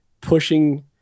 pushing